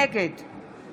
נגד